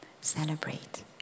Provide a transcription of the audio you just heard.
Celebrate